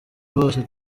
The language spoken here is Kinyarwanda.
bose